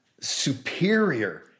superior